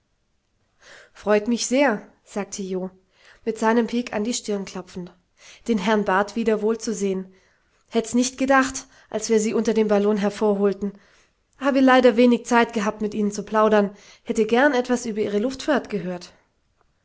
freut mich sehr sagte jo mit seinem pik an die stirn klopfend den herrn bat wieder wohlzusehen hätt's nicht gedacht als wir sie unter dem ballon hervorholten habe leider wenig zeit gehabt mit ihnen zu plaudern hätte gern etwas über ihre luftfahrt gehört